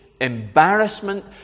embarrassment